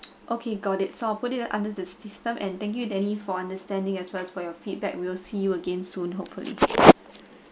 okay got it so I'll put it under the system and thank you denny for understanding as well as for your feedback we'll see you again soon hopefully